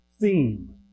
theme